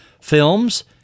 films